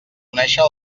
conèixer